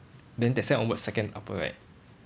then that sem onwards second upper right